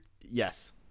Yes